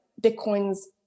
Bitcoin's